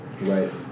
Right